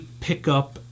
pickup